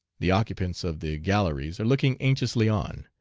the occupants of the galleries are looking anxiously on.